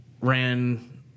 ran